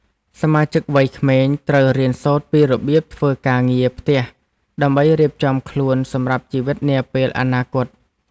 សមាជិកវ័យក្មេងត្រូវរៀនសូត្រពីរបៀបធ្វើការងារផ្ទះដើម្បីរៀបចំខ្លួនសម្រាប់ជីវិតនាពេលអនាគត។